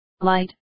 light